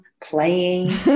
playing